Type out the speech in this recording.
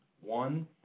One